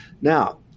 Now